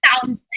sound